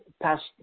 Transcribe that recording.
passed